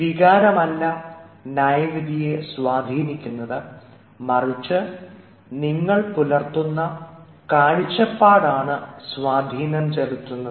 വികാരമല്ല ന്യായവിധിയെ സ്വാധീനിക്കുന്നത് മറിച്ച് നിങ്ങൾ പുലർത്തുന്ന കാഴ്ചപ്പാടാണ് സ്വാധീനം ചെലുത്തുന്നത്